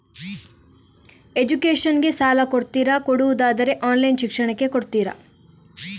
Education ಗೆ ಸಾಲ ಕೊಡ್ತೀರಾ, ಕೊಡುವುದಾದರೆ ಆನ್ಲೈನ್ ಶಿಕ್ಷಣಕ್ಕೆ ಕೊಡ್ತೀರಾ?